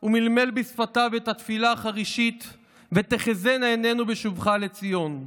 ומלמל בשפתיו את התפילה החרישית "ותחזינה עינינו בשובך לציון".